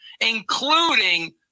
including